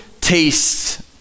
tastes